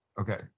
Okay